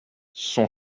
son